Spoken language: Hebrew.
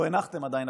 לא הנחתם עדיין,